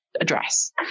address